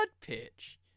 pitch